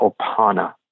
Opana